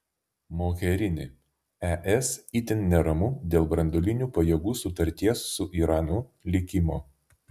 mogherini es itin neramu dėl branduolinių pajėgų sutarties su iranu likimo